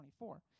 24